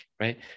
right